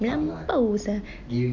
melampau sangat